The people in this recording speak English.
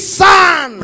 son